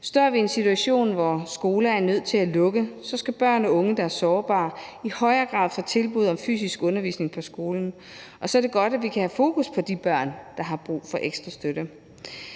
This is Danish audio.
Står vi i en situation, hvor skoler er nødt til at lukke, skal børn og unge, der er sårbare, i højere grad få tilbud om fysisk undervisning på skolen, og så er det godt, at vi kan have fokus på de børn, der har brug for ekstra støtte.